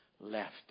Left